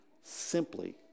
simply